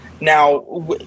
Now